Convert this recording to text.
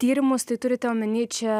tyrimus tai turite omeny čia